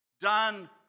done